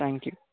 thank you